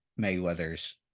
Mayweathers